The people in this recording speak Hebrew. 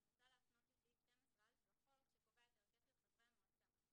אני רוצה להפנות לסעיף 12(א) לחוק שקובע את הרכב חברי המועצה.